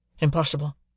Impossible